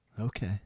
Okay